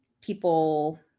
people